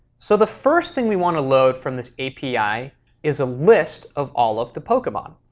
so the first thing we want to load from this api is a list of all of the pokemon.